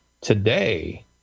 today